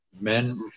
men